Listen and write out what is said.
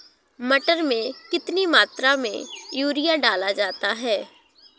मटर में कितनी मात्रा में यूरिया डाला जाता है?